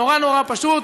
נורא נורא פשוט.